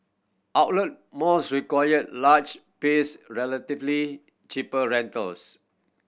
outlet malls require large pace relatively cheaper rentals